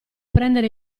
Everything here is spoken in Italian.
prendere